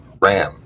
ram